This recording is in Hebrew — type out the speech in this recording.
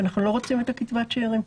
אנחנו לא רוצים את קצבת השארים.